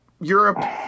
Europe